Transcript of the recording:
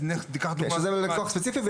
שהן רק ללקוח ספציפי.